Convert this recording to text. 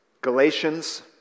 Galatians